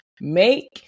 Make